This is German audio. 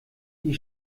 die